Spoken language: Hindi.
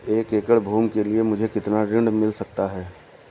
एक एकड़ भूमि के लिए मुझे कितना ऋण मिल सकता है?